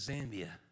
Zambia